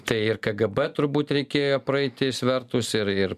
tai ir kgb turbūt reikėjo praeiti svertus ir ir